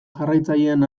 jarraitzaileen